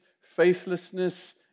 faithlessness